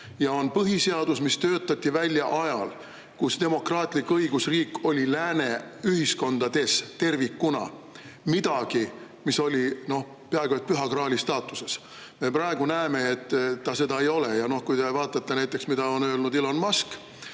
on põhiseadus, mis töötati välja ajal, kus demokraatlik õigusriik oli lääne ühiskonnas tervikuna midagi, mis oli peaaegu et püha graali staatuses. Me praegu näeme, et ta seda ei ole. Kui te vaatate näiteks, mida on öelnud Elon Musk,